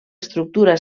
estructura